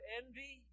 envy